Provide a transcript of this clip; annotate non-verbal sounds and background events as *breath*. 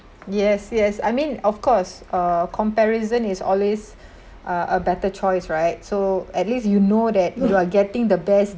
yes yes I mean of course uh comparison is always *breath* uh a better choice right so at least you know that you are getting the best